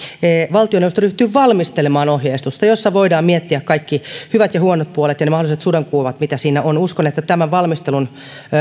valtioneuvosto ryhtyy valmistelemaan ohjeistusta jossa voidaan miettiä kaikki hyvät ja huonot puolet ja ne mahdolliset sudenkuopat mitä siinä on uskon että tämän valmistelun